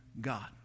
God